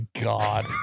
god